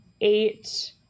eight